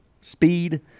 speed